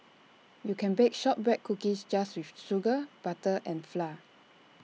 you can bake Shortbread Cookies just with sugar butter and flour